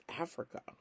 Africa